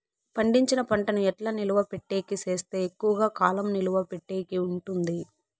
పండించిన పంట ను ఎట్లా నిలువ పెట్టేకి సేస్తే ఎక్కువగా కాలం నిలువ పెట్టేకి ఉంటుంది?